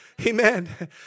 Amen